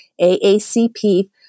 AACP